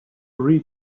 read